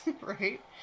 Right